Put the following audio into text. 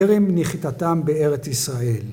‫טרם נחיתתם בארץ ישראל.